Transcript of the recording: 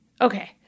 Okay